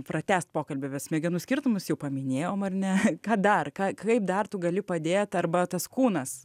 pratęst pokalbį apie smegenų skirtumus jau paminėjom ar ne ką dar ką kaip dar tu gali padėt arba tas kūnas